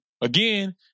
again